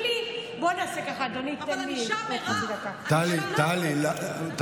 בוא נעשה ככה, אדוני, תן לי עוד חצי דקה.